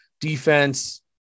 Defense